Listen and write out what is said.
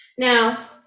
Now